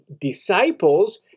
disciples